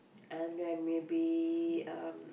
and then maybe um